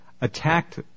attacked